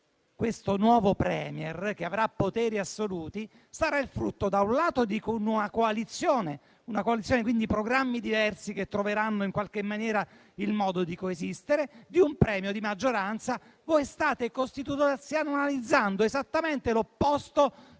Questo nuovo *Premier*, che avrà poteri assoluti, sarà il frutto di una coalizione, quindi con programmi diversi che troveranno in qualche maniera il modo di coesistere, e di un premio di maggioranza. Voi state costituzionalizzando esattamente l'opposto